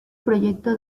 proyecto